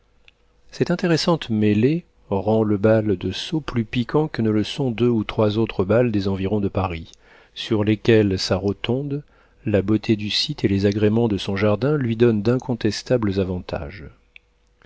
cette intéressante mêlée rend le bal de sceaux plus piquant que ne le sont deux ou trois autres bals des environs de paris sur lesquels sa rotonde la beauté du site et les agréments de son jardin lui donnent d'incontestables avantages